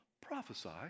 prophesy